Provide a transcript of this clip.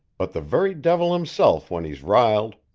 but the very devil himself when he's riled.